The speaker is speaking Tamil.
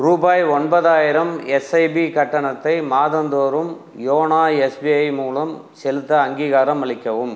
ரூபாய் ஒன்பதாயிரம் எஸ்ஐபி கட்டணத்தை மாதந்தோறும் யோனோ எஸ்பிஐ மூலம் செலுத்த அங்கீகாரம் அளிக்கவும்